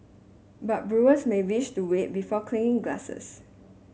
but brewers may wish to wait before clinking glasses